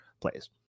plays